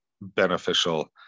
beneficial